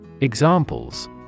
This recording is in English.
Examples